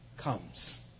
comes